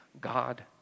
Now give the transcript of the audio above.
God